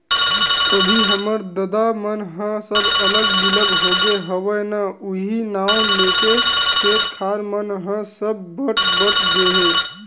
अभी हमर ददा मन ह सब अलग बिलग होगे हवय ना उहीं नांव लेके खेत खार मन ह सब बट बट गे हे